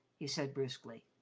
he said brusquely.